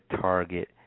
target